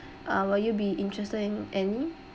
uh will you be interested in any